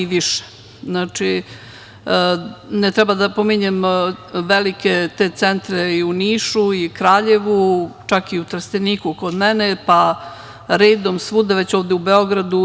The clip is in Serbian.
Znači, ne treba da pominjem velike centre i u Nišu, Kraljevu, čak i u Trsteniku kod mene, pa redom svuda, već ovde u Beogradu.